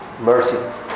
Mercy